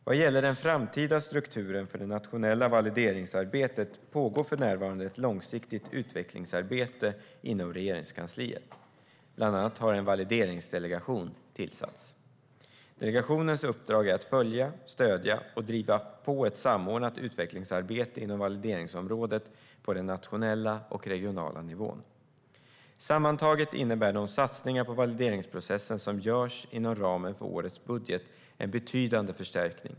Vad gäller den framtida strukturen för det nationella valideringsarbetet pågår för närvarande ett långsiktigt utvecklingsarbete inom Regeringskansliet. Bland annat har en valideringsdelegation tillsatts. Delegationens uppdrag är att följa, stödja och driva på ett samordnat utvecklingsarbete inom valideringsområdet på den nationella och regionala nivån. Sammantaget innebär de satsningar på valideringsprocessen som görs inom ramen för årets budget en betydande förstärkning.